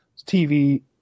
TV